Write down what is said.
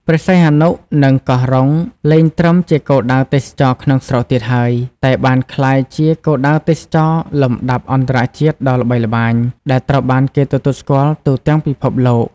ព្រះសីហនុ និងកោះរ៉ុង លែងត្រឹមជាគោលដៅទេសចរណ៍ក្នុងស្រុកទៀតហើយ តែបានក្លាយជា គោលដៅទេសចរណ៍លំដាប់អន្តរជាតិ ដ៏ល្បីល្បាញ ដែលត្រូវបានគេទទួលស្គាល់ទូទាំងពិភពលោក។